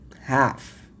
half